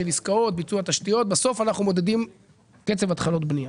ההיצע אנחנו מודדים בסוף בקצב התחלות הבנייה.